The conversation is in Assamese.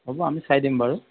হ'ব আমি চাই দিম বাৰু